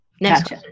Next